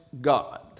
God